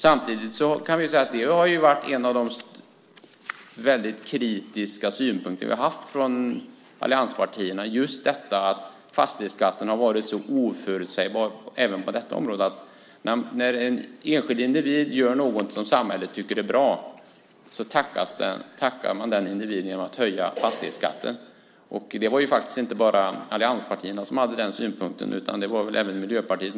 Samtidigt kan vi ju säga att det har varit en av de väldigt kritiska synpunkter vi har haft från allianspartierna, just detta att fastighetsskatten har varit så oförutsägbar även på detta område att när en enskild individ gör något som samhället tycker är bra så tackar man denna individ genom att höja fastighetsskatten. Det var ju faktiskt inte bara allianspartierna som hade den synpunkten utan det hade väl även Miljöpartiet.